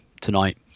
tonight